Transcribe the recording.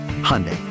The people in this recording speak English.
Hyundai